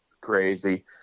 Crazy